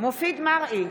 מופיד מרעי,